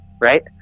right